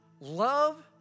love